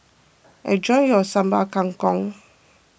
enjoy your Sambal Kangkong